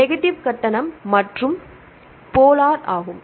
negative கட்டணம் மற்றும் polar ஆகும்